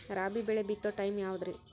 ರಾಬಿ ಬೆಳಿ ಬಿತ್ತೋ ಟೈಮ್ ಯಾವದ್ರಿ?